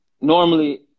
normally